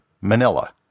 Manila